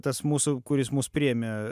tas mūsų kuris mus priėmė